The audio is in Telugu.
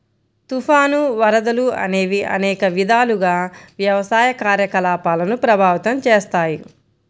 తుఫాను, వరదలు అనేవి అనేక విధాలుగా వ్యవసాయ కార్యకలాపాలను ప్రభావితం చేస్తాయి